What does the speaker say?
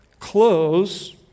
close